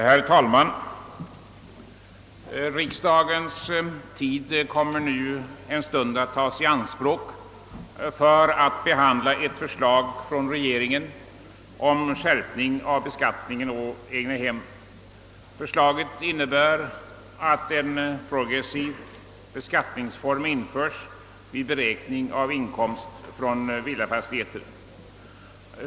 Herr talman! Kammarens tid kommer nu en stund att tas i anspråk för att behandla ett förslag från regeringen om skärpning av beskattningen på egnahem. Förslaget innebär att en progressiv beskattningsform införs vid beräkning av inkomst från villafastigheter.